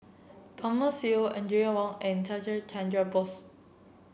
Thomas Yeo Audrey Wong and Chandra Chandra Bose